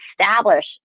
establish